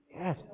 Yes